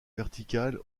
verticale